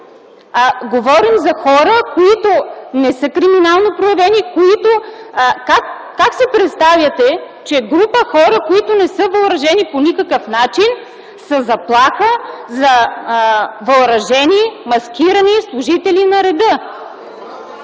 Говорим за хора, които не са криминално проявени. Как си представяте, че група хора, които не са въоръжени по никакъв начин, са заплаха за въоръжени, маскирани служители на реда?!